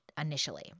initially